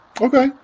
Okay